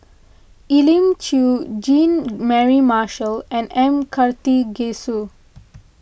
Elim Chew Jean Mary Marshall and M Karthigesu